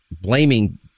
blaming